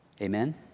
Amen